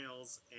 emails